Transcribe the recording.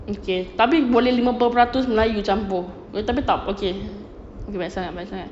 okay tapi boleh lima puluh peratus melayu campur tapi tak okay banyak sangat banyak sangat